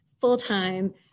full-time